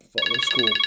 school